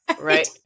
Right